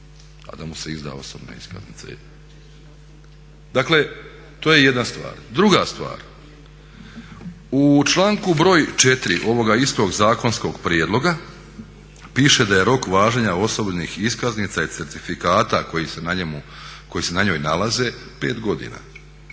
a da mu se izda osobna iskaznica? Dakle to je jedna stvar. Druga stvar. U članku broj 4. ovoga istog zakonskog prijedloga piše da je rok važenja osobnih iskaznica i certifikata koji se na njoj nalaze 5 godina.